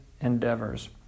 endeavors